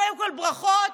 קודם כול, ברכות.